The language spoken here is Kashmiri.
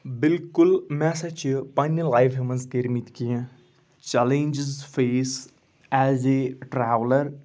بالکل مےٚ ہسا چھِ پَنٛنہِ لایفہِ منٛز کٔرۍ مٕتۍ کینٛہہ challenges face as a traveller